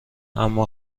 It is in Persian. اما